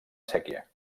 séquia